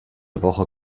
woche